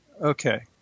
Okay